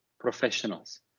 professionals